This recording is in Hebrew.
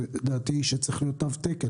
דעתי היא שצריך להיות תו תקן,